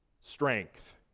strength